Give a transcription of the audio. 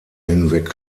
hinweg